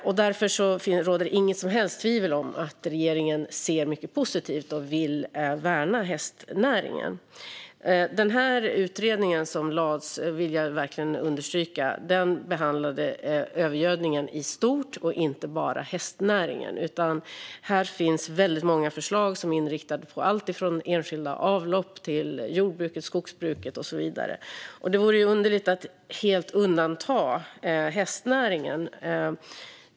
Därför råder det inget som helst tvivel om att regeringen ser mycket positivt på hästnäringen och vill värna den. Jag vill verkligen understryka att den här utredningen behandlade övergödningen i stort och inte bara hästnäringen. Här finns väldigt många förslag som är inriktade på allt från enskilda avlopp till jordbruket, skogsbruket och så vidare. Det vore underligt att helt undanta hästnäringen.